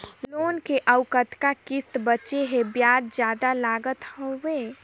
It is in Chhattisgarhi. लोन के अउ कतका किस्त बांचें हे? ब्याज जादा लागत हवय,